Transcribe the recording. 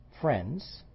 friends